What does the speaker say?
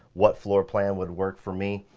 what floor plan would work for me?